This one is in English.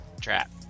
trap